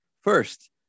First